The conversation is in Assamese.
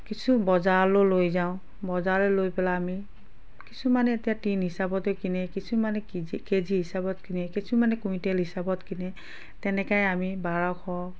কিছু বজাৰলৈও লৈ যাওঁ বজাৰলৈ লৈ পেলাই আমি কিছুমানে এতিয়া টিন হিচাপতো কিনে কিছুমানে কেজি কেজি হিচাপত কিনে কিছুমানে কুইন্টেল হিচাপত কিনে তেনেকেই আমি বাৰশ